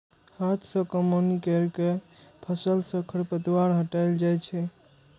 हाथ सं कमौनी कैर के फसल सं खरपतवार हटाएल जाए छै